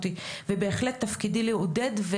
ובהחלט תפקידי לעודד,